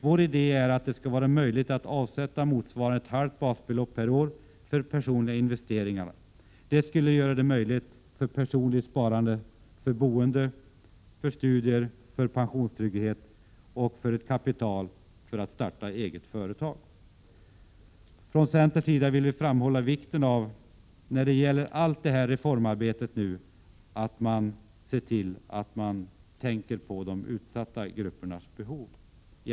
Vår idé är att det skall vara möjligt att avsätta medel motsvarande ett halvt basbelopp per år för personliga investeringar. Det skulle möjliggöra personligt sparande för boende och studier, för skapande av en pensionstrygghet eller ett startkapital för den som vill bli egen företagare. När det gäller allt reformarbete i detta sammanhang understryker vi i centern vikten av att man i allt större utsträckning tänker på de utsatta gruppernas behov.